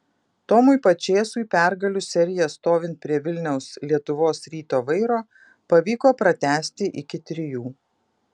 tomui pačėsui pergalių seriją stovint prie vilniaus lietuvos ryto vairo pavyko pratęsti iki trijų